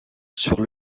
sur